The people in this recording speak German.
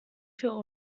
für